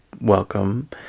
Welcome